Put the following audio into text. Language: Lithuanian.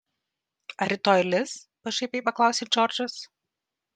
ar rytoj lis pašaipiai paklausė džordžas